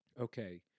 Okay